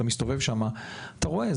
אתה מסתובב שם ואתה רואה,